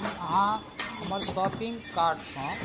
कि अहाँ हमर शॉपिन्ग कार्टसँ